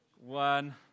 One